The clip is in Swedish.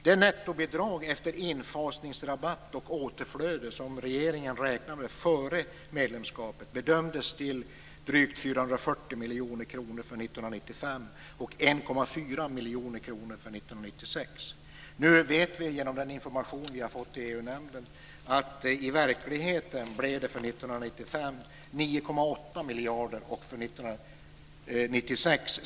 Det nettobidrag, efter infasningsrabatt och återflöde, som regeringen räknade med före medlemskapet bedömdes till drygt 440 miljoner kronor för 1995 och 1,4 miljarder kronor 1996. Nu vet vi, genom den information vi har fått i EU-nämnden att i verkligheten blev det 9,8 miljarder för 1995 och 6,3 miljarder för 1996.